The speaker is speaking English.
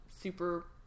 super